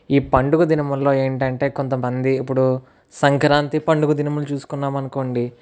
ఈ పండుగ దినముల్లో ఏంటంటే కొంత మంది ఇప్పుడు సంక్రాంతి పండుగ దినములు చూసుకున్నాం అనుకోండి